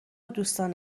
دوستان